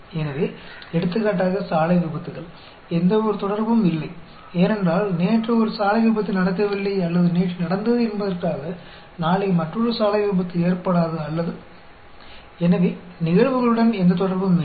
எனவே எடுத்துக்காட்டாக சாலை விபத்துக்கள் எந்தவொரு தொடர்பும் இல்லை ஏனென்றால் நேற்று ஒரு சாலை விபத்து நடக்கவில்லை அல்லது நேற்று நடந்தது என்பதற்காக நாளை மற்றொரு சாலை விபத்து ஏற்படாது அல்லது எனவே நிகழ்வுகளுடன் எந்த தொடர்பும் இல்லை